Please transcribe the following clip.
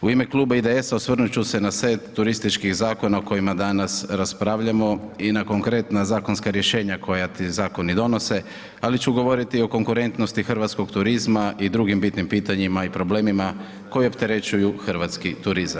U ime kluba IDS-a osvrnut ću se na set turističkih zakona o kojima danas raspravljamo i na konkretna zakonska rješenja koja ti zakoni donose ali ću govoriti i o konkurentnosti hrvatskog turizma i drugim bitnim pitanjima i problemima koja opterećuju hrvatski turizam.